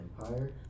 Empire